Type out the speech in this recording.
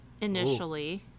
initially